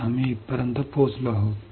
तर आम्ही इथपर्यंत पोहोचलो आहोत